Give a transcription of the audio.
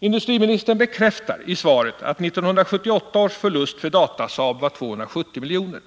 Industriministern bekräftar i svaret att 1978 års förlust för Datasaab var 270 milj.kr.